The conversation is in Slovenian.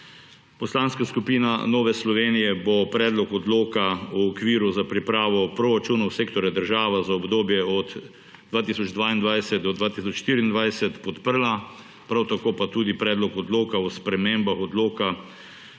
Poslanska skupina Nova Slovenija bo Predlog odloka o okviru za pripravo proračunov sektorja država za obdobje od 2022 do 2024 podprla, prav tako pa tudi Predlog odloka o spremembah Odloka